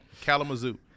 Kalamazoo